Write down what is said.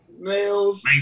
nails